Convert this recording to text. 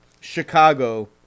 Chicago